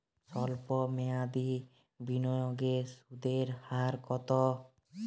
সল্প মেয়াদি বিনিয়োগের সুদের হার কত?